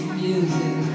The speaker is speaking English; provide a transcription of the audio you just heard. music